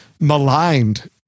maligned